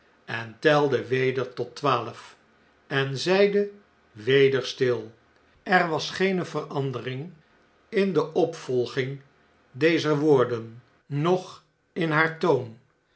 en telde weder tot twaalf en zeide weder stil i er was geene verandering in de opvolging dezer woorden nog in haar toon